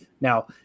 Now